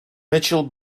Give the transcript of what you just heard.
mitchell